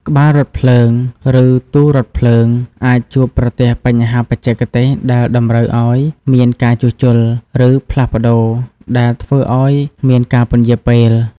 ក្បាលរថភ្លើង ឬទូរថភ្លើងអាចជួបប្រទះបញ្ហាបច្ចេកទេសដែលតម្រូវឱ្យមានការជួសជុល ឬផ្លាស់ប្តូរ ដែលធ្វើឱ្យមានការពន្យារពេល។